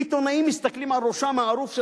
עיתונאים מסתכלים על ראשם הערוף של